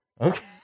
Okay